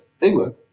England